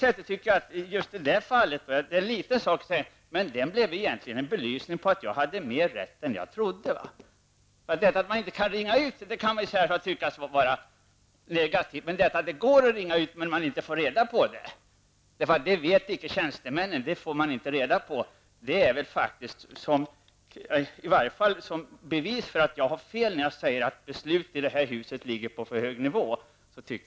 Det här är en liten sak men den visade att jag har mer rätt än jag trodde. Att man inte kan ringa ut kan tyckas vara negativt, men att det går att ringa men inte få reda på det är värre. Tjänstemännen vet det inte. Det får de inte reda på. Det här är faktiskt bevis på att jag inte har fel när jag säger att besluten i huset fattas på en för hög nivå.